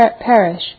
perish